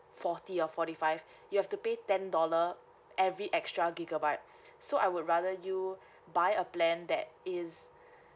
forty or forty five you have to pay ten dollar every extra gigabyte so I would rather you buy a plan that is